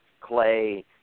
Clay